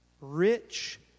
Rich